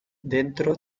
dentro